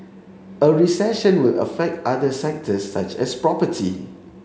a recession will affect other sectors such as property